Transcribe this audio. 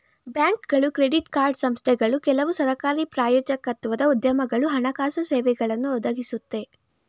ಬ್ಯಾಂಕ್ಗಳು credit card ಸಂಸ್ಥೆಗಳು ಕೆಲವು ಸರಕಾರಿ ಪ್ರಾಯೋಜಕತ್ವದ ಉದ್ಯಮಗಳು ಹಣಕಾಸು ಸೇವೆಗಳನ್ನು ಒದಗಿಸುತ್ತೆ